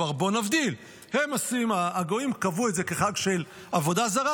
בואו נבדיל: הגויים קבעו את זה כחג של עבודה זרה,